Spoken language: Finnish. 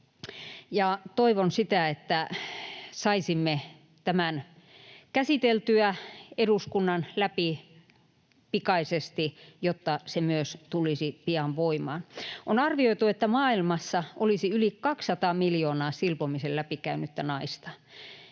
Toivon sitä, että saisimme tämän käsiteltyä eduskunnan läpi pikaisesti, jotta se myös tulisi pian voimaan. On arvioitu, että maailmassa olisi yli 200 miljoonaa silpomisen läpikäynyttä naista.